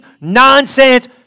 nonsense